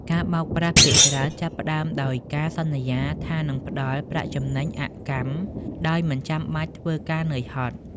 ការបោកប្រាស់ភាគច្រើនចាប់ផ្តើមដោយការសន្យាថានឹងផ្តល់ "ប្រាក់ចំណេញអកម្ម" ដោយមិនចាំបាច់ធ្វើការហត់នឿយ។